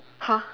!huh!